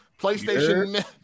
PlayStation